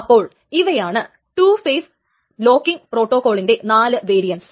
അപ്പോൾ ഇവയാണ് 2 phase locking പ്രോട്ടോകോളിന്റെ 4 വേരിയൻറ്റ്സ്